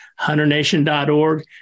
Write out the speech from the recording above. HunterNation.org